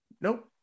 Nope